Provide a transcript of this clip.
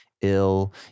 ill